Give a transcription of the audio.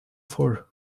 for